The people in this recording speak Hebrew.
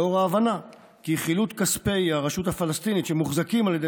לאור ההבנה כי חילוט כספי הרשות הפלסטינית שמוחזקים על ידי